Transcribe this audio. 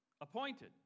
Appointed